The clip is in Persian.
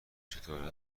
چطور